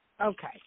okay